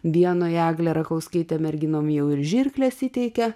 vienoje eglė rakauskaitė merginom jau ir žirkles įteikė